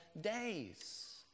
days